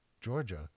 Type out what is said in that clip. Georgia